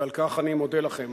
ועל כך אני מודה לכם.